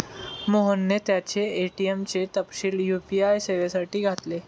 मोहनने त्याचे ए.टी.एम चे तपशील यू.पी.आय सेवेसाठी घातले